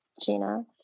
gina